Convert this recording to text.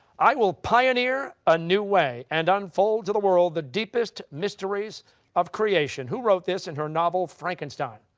i will pioneer a new way and unfold to the world the deepest mysteries of creation. who wrote this in her novel frankenstein?